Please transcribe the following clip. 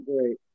great